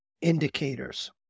indicators